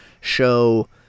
show